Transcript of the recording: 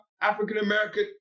african-american